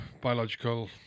biological